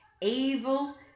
evil